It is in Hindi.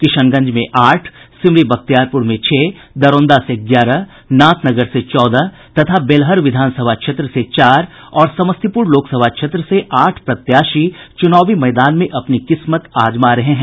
किशनगंज में आठ सिमरी बख्तियारपुर में छह दरौंदा से ग्यारह नाथनगर से चौदह तथा बेलहर विधानसभा क्षेत्र से चार और समस्तीपुर लोकसभा क्षेत्र से आठ प्रत्याशी चुनावी मैदान में अपनी किस्मत आजमा रहे हैं